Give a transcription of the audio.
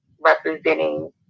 representing